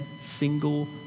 single